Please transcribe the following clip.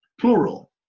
plural